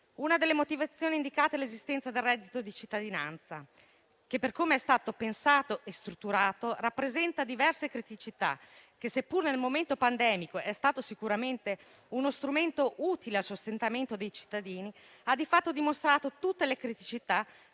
Una delle motivazioni indicate è l'esistenza del reddito di cittadinanza che, per come è stato pensato e strutturato, presenta diverse criticità e, anche se nel momento pandemico è stato sicuramente uno strumento utile al sostentamento dei cittadini, ha di fatto dimostrato tutte le criticità